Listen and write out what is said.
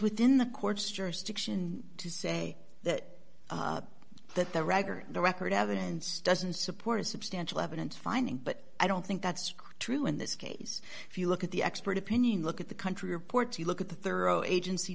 within the court's jurisdiction to say that that the record the record evidence doesn't support a substantial evidence finding but i don't think that's true in this case if you look at the expert opinion look at the country reports you look at the thorough agency